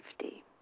safety